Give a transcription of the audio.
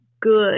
good